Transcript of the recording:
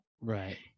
Right